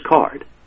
card